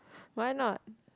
why not